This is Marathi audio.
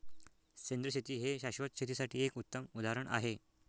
सेंद्रिय शेती हे शाश्वत शेतीसाठी एक उत्तम उदाहरण आहे